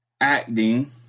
acting